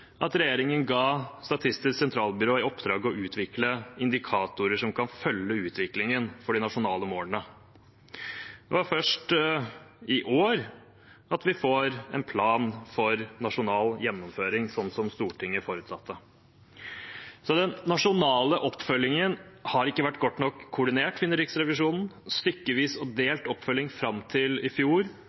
at regjeringen ga Statistisk sentralbyrå i oppdrag å utvikle indikatorer som kan følge utviklingen for de nasjonale målene. Det er først i år vi får en plan for nasjonal gjennomføring, slik Stortinget forutsatte. Den nasjonale oppfølgingen har ikke vært godt nok koordinert, finner Riksrevisjonen – stykkevis og delt oppfølging fram til i fjor,